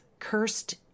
cursed